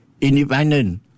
independent